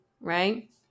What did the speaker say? right